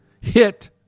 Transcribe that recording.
hit